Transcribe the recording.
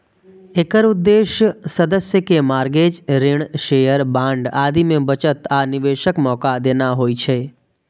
एकर उद्देश्य सदस्य कें मार्गेज, ऋण, शेयर, बांड आदि मे बचत आ निवेशक मौका देना होइ छै